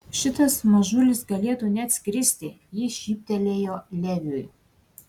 šitas mažulis galėtų net skristi ji šyptelėjo leviui